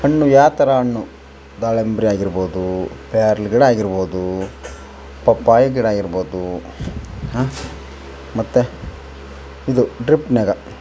ಹಣ್ಣು ಯಾವ ಥರ ಹಣ್ಣು ದಾಳಿಂಬೆ ಆಗಿರ್ಬೋದು ಪೇರಲಗಿಡ ಆಗಿರ್ಬೋದು ಪಪ್ಪಾಯ ಗಿಡ ಇರ್ಬೋದು ಹಾಂ ಮತ್ತು ಇದು ಡ್ರಿಪ್ನಾಗ